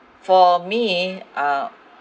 for me uh